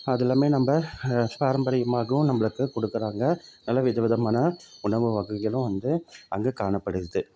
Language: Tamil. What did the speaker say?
அது எல்லாமே நம்ம பாரம்பரியமாகவும் நம்மளுக்கு கொடுக்குறாங்க நல்லா வித விதமான உணவு வகைகளும் வந்து அங்கே காணப்படுகிறது